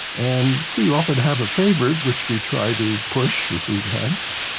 and we often have a favorite, which we try to push if we have.